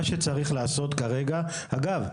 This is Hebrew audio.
אגב,